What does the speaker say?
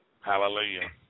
Hallelujah